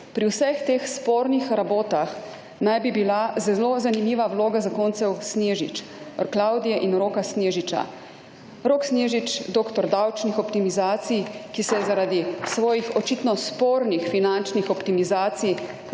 Pri vseh teh spornih rabotah naj bi bila zelo zanimiva vloga zakoncev Snežič, Klavdije in Roka Snežiča. Rok Snežič, doktor davčnih optimizacij, ki se je zaradi svojih očitno spornih finančnih optimizacij